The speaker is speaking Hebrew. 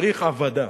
צריך עבַדה.